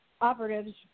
operatives